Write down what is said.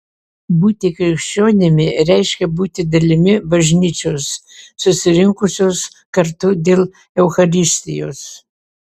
būti krikščionimi reiškia būti dalimi bažnyčios susirinkusios kartu dėl eucharistijos